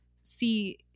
see